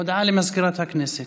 הודעה למזכירת הכנסת.